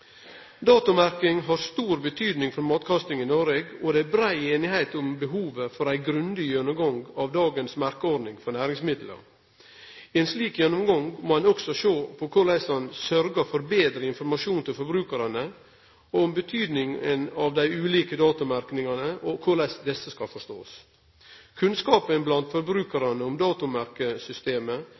Datomerking har stor betyding for matkastinga i Noreg, og det er brei einigheit om behovet for ein grundig gjennomgang av dagens merkjeordning for næringsmiddel. I ein slik gjennomgang må ein også sjå på korleis ein kan sørgje for betre informasjon til forbrukarane om betydinga av dei ulike datomerkingane, og korleis desse skal forståast. Kunnskapen blant forbrukarane om